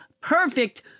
perfect